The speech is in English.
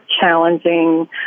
challenging